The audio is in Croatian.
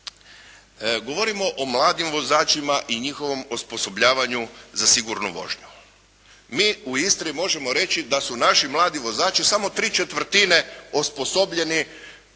Govorimo o mladim vozačima i njihovom osposobljavanju za sigurnu vožnju. Mi u Istri možemo reći da su naši mladi vozači samo ¾ osposobljeni